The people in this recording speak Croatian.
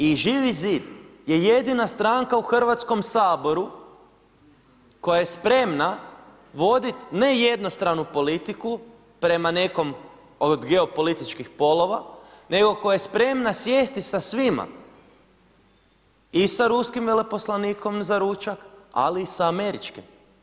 I Živi zid je jedina stranka u Hrvatskom saboru koja je spremna vodit ne jednostranu politiku prema nekom od geopolitičkih polova, nego koja je spremna sjesti sa svima i sa ruskim veleposlanikom za ručak, ali i sa američkim.